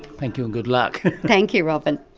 thank you and good luck. thank you robyn.